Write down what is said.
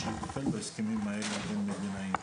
הזכרת שצריך גם את ההסכם בינינו לבין מדינות